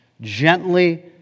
gently